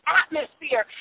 atmosphere